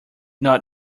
not